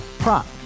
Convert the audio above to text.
Prop